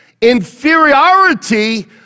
Inferiority